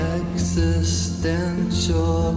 existential